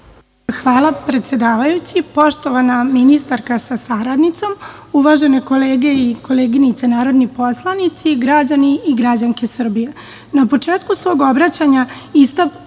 Hvala, predsedavajući. Poštovana ministarka sa saradnicom, uvažene kolege i koleginice narodni poslanici, građani i građanke Srbije,